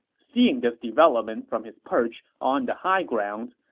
seeing this development from his perch on the high grounds,